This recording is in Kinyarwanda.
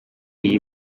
iyi